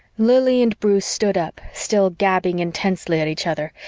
lili and bruce stood up, still gabbing intensely at each other,